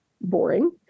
boring